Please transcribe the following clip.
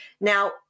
Now